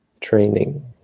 training